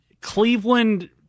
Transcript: Cleveland